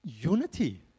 Unity